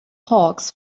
hawks